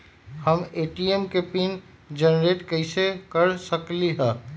हम ए.टी.एम के PIN generate कईसे कर सकली ह?